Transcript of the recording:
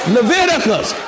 Leviticus